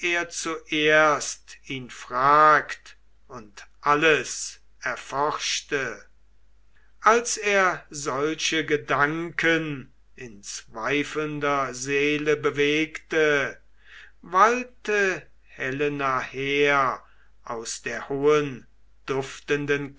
zuerst ihn fragt und alles erforschte als er solche gedanken in zweifelnder seele bewegte wallte helena her aus der hohen duftenden